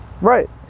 Right